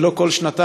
ולא כל שנתיים,